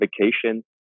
vacation